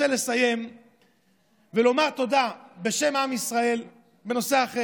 אני רוצה לסיים ולומר תודה בשם עם ישראל לרב-פקד